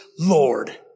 Lord